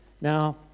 Now